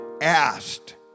asked